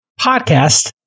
podcast